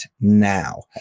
now